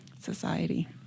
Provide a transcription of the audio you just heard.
society